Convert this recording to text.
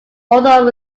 author